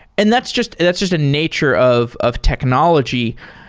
and that's just that's just a nature of of technology.